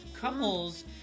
couples